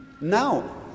Now